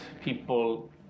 people